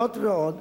זאת ועוד,